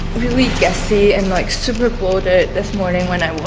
really gassy and like super bloated this morning when i